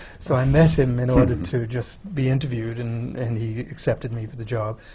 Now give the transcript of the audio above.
so, i met him in order to just be interviewed, and and he accepted me for the job.